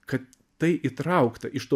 kad tai įtraukta iš to